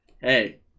hey